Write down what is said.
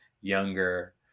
younger